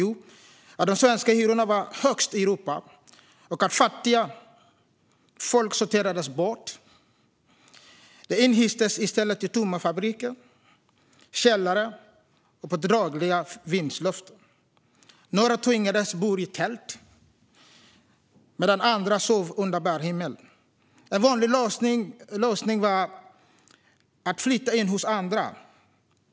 Att de svenska hyrorna var högst i Europa, och att fattigt folk sorterades bort. De inhystes istället i tomma fabriker, källare och på dragiga vindsloft. Några tvingades tälta eller sova under bar himmel. En vanlig lösning blev att flytta in hos andra.